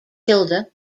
kilda